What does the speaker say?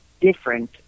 different